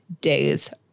days